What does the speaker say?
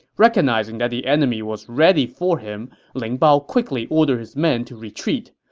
recognizing that the enemy was ready for him, ling bao quickly ordered his men to retreat.